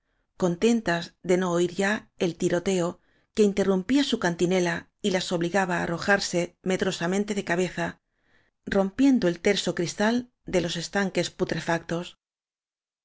contentas de no oir ya el tiroteo que interrum pía su cantinela y las obligaba á arrojarse me drosamente de cabeza rompiendo el terso cris tal de los estanques putrefactos